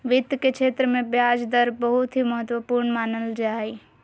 वित्त के क्षेत्र मे ब्याज दर बहुत ही महत्वपूर्ण मानल जा हय